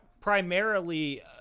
primarily